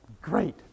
Great